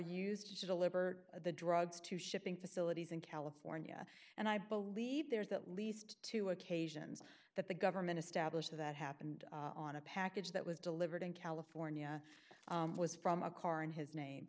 used to deliver the drugs to shipping facilities in california and i believe there's at least two occasions that the government established that happened on a package that was delivered in california was from a car in his name